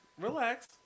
Relax